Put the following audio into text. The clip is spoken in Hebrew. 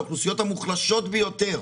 האוכלוסיות המוחלשות ביותר,